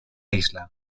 isla